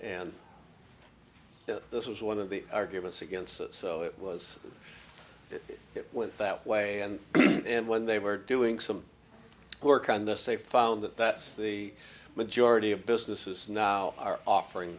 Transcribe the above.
and this was one of the arguments against it so it was if it went that way and and when they were doing some work on the safe found that that's the majority of businesses now are offering